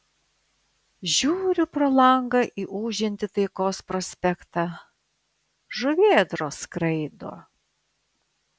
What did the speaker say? žiūriu pro langą į ūžiantį taikos prospektą žuvėdros skraido